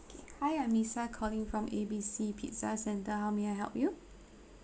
okay I'm lisa calling from A B C pizza center how may I help you